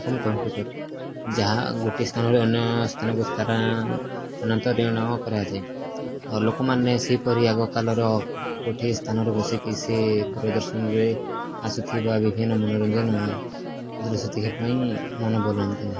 ଏବଂ କମ୍ପ୍ୟୁଟର୍ ଯାହା ଗୋଟିଏ ସ୍ଥାନରୁ ଅନ୍ୟ ସ୍ଥାନକୁ ସ୍ଥାନାନ୍ତରଣ କରାଯାଏ ଆଉ ଲୋକମାନେ ସେହିପରି ଆଗକାଳରେ ଗୋଟିଏ ସ୍ଥାନରେ ବସିକି ସେ ଦୂରଦର୍ଶନରେ ଆସୁଥିବା ବିଭିନ୍ନ ମନୋରଞ୍ଜନ ଦୃଶ୍ୟ ଦେଖିବା ପାଇଁ ମନ ବଳାନ୍ତି ନାହିଁ